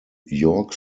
york